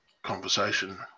Conversation